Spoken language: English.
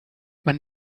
when